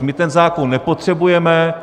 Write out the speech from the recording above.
My ten zákon nepotřebujeme.